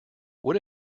what